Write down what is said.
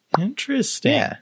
Interesting